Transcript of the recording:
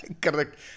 Correct